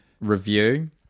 review